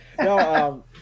no